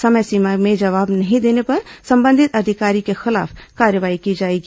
समय सीमा में जवाब नहीं देने पर संबंधित अधिकारी के खिलाफ कार्रवाई की जाएगी